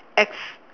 X